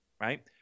right